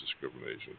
discrimination